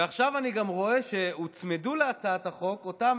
עכשיו אני רואה שהוצמדו להצעת החוק אותם